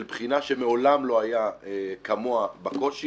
של בחינה שמעולם לא היה כמוה בקושי.